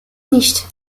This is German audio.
nicht